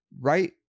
right